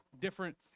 different